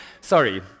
Sorry